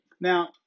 Now